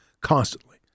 constantly